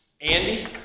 Andy